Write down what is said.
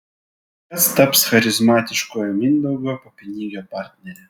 kas taps charizmatiškojo mindaugo papinigio partnere